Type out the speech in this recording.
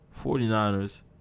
49ers